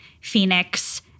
Phoenix